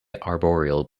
arboreal